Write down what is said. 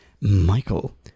Michael